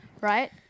Right